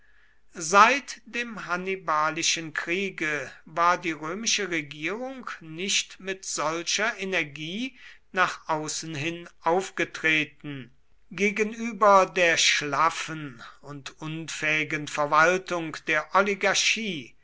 seit dem hannibalischen kriege war die römische regierung nicht mit solcher energie nach außen hin aufgetreten gegenüber der schlaffen und unfähigen verwaltung der oligarchie